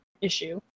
issue